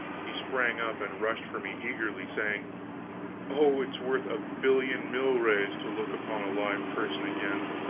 he sprang up and rushed for me eagerly, saying oh, it's worth a billion milrays to look upon a live person again!